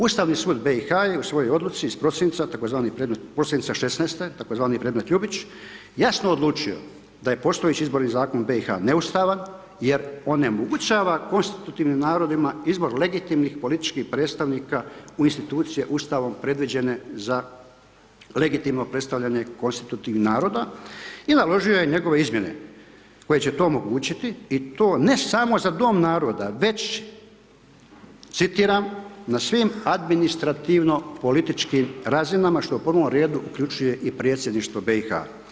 Ustavni sud BiH-a je u svojoj odluci iz prosinca tzv. ... tzv. Predmet Ljubić, jasno odlučio da je postojeći Izborni zakon BiH neustavan jer onemogućava konstitutivnim narodima izbor legitimnih političkih predstavnika u institucije Ustavom predviđene za legitimno predstavljanje konstitutivnih naroda i naložio je njegove izmjene koje će to omogućiti i to ne samo za dom naroda već citiram „na svim administrativno-političkim razinama što u prvom redu uključuje i Predsjedništvo BiH“